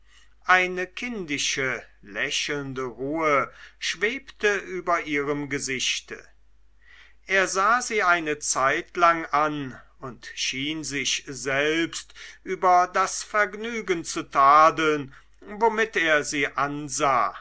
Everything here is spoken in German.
eine lindische lächelnde ruhe schwebte über ihrem gesichte er sah sie eine zeitlang an und schien sich selbst über das vergnügen zu tadeln womit er sie ansah